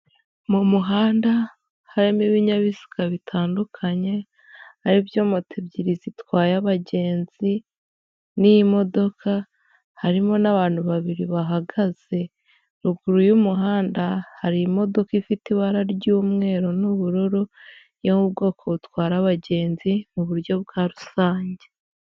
Mu muhanda harimo ibinyabiziga bitandukanye, aribyo moto ebyiri zitwaye abagenzi n'imodoka, harimo n'abantu babiri bahagaze, ruguru y'umuhanda hari imodoka ifite ibara ry'umweru n'ubururu yo mu bwoko butwara abagenzi mu buryo bwa rusange.